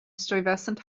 stuyvesant